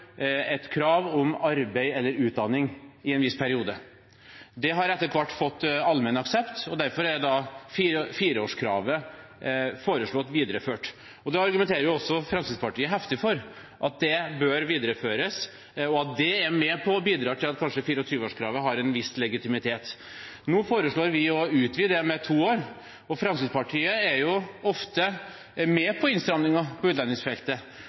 et krav om arbeid eller utdanning i en viss periode. Det har etter hvert fått allmenn aksept, og derfor er fireårskravet foreslått videreført. Fremskrittspartiet argumenterer jo også heftig for at det bør videreføres, og at det kanskje er med på å bidra til at 24-årskravet har en viss legitimitet. Nå foreslår vi å utvide det med to år. Fremskrittspartiet er jo ofte med på innstramminger på utlendingsfeltet,